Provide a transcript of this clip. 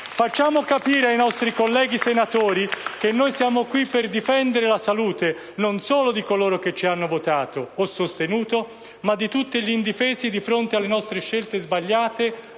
Facciamo capire ai nostri colleghi senatori che noi siamo qui per difendere la salute, non solo di coloro che ci hanno votato o sostenuto, ma di tutti gli indifesi di fronte alle nostre scelte sbagliate, anche in buona fede.